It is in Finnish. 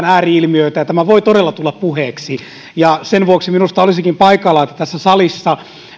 ääri ilmiöitä ja tämä voi todella tulla puheeksi sen vuoksi minusta olisikin paikallaan että tässä salissa